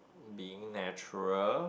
being natural